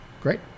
great